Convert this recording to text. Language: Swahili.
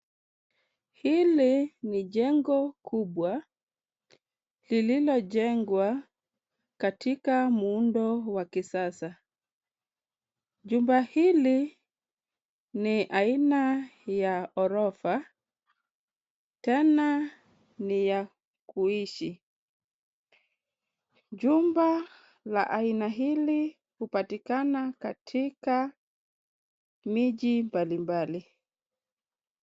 Hili ni jengo kubwa, lililojengwa katika muundo wa kisasa. Jumba hili ni aina ya ghorofa tena ni ya kuishi. Jumba la aina hili hupatikana katika miji mbalimbali.